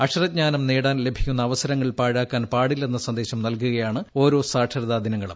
അക്ഷരജ്ഞാനം നേടാൻ ലഭിക്കുന്ന അവസരങ്ങൾ പാഴാക്കാൻ പാടില്ലെന്ന സന്ദേശം നൽകുകയാണ് ഓരോ സാക്ഷരതാ ദിനങ്ങളും